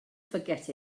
forget